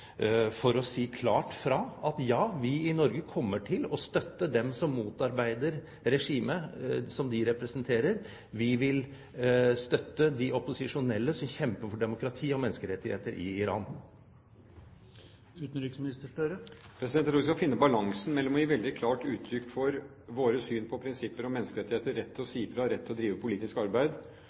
for å si klart ifra at vi i Norge kommer til å støtte dem som motarbeider regimet som de representerer, vi vil støtte de opposisjonelle som kjemper for demokrati og menneskerettigheter i Iran? Jeg tror vi skal finne balansen mellom å gi veldig klart uttrykk for vårt syn på prinsipper om menneskerettigheter – rett til å si i fra, rett til å drive politisk arbeid